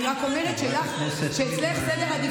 אני לא נעלבת, אבל,